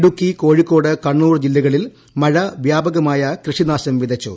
ഇടുക്കി കോഴിക്കോട് കണ്ണൂർ ജില്ലകളിൽ മഴ വ്യാപകമായ കൃഷി നാശം വിതച്ചു